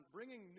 Bringing